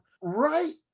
Right